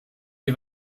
die